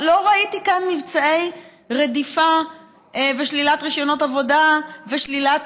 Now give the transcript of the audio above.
לא ראיתי כאן מבצעי רדיפה ושלילת רישיונות עבודה ושלילת,